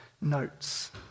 notes